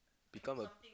become a